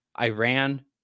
Iran